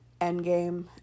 Endgame